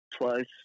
plus